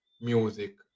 music